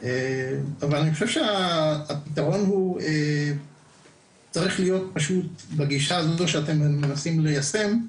אבל אני חושב שהפתרון הוא צריך להיות בגישה הזאת שאתם מנסים ליישם,